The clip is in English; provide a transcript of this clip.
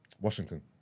Washington